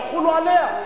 תחול גם כאן.